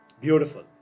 Beautiful